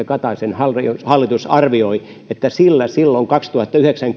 kataisen hallitus arvioi että sillä silloin kaksituhattayhdeksän